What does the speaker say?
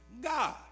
God